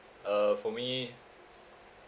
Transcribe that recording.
uh for me